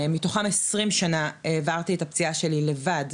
מתוכן 20 שנה העברתי את הפציעה שלי לבד,